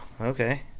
Okay